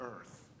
earth